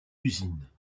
usines